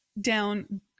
down